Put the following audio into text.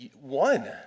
one